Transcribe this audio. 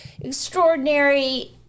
Extraordinary